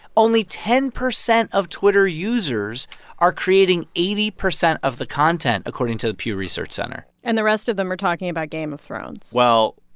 only ten percent of twitter users are creating eighty percent of the content, according to the pew research center and the rest of them are talking about game of thrones. well,